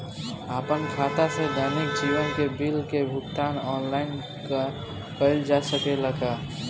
आपन खाता से दैनिक जीवन के बिल के भुगतान आनलाइन कइल जा सकेला का?